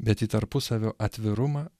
bet į tarpusavio atvirumą